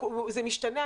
זה משתנה,